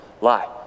lie